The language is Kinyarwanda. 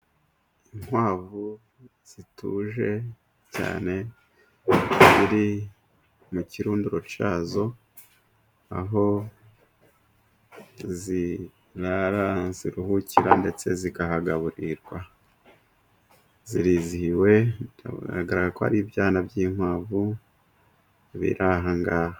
Inkwavu zituje cyane, ziri mu kirunduro cyazo ,aho zirara ,ziruhukira ndetse zikahagaburirirwa . Zirizihiwe biragara ko ari ibyana by'inkwavu biri aha ngaha.